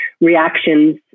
reactions